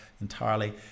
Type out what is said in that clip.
entirely